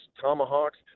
tomahawks